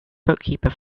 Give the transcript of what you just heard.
bookkeeper